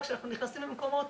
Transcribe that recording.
כשאנחנו נכנסים למקומות,